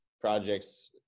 projects